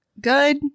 Good